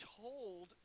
told